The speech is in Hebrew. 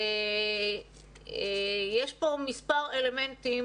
ויש פה מספר אלמנטים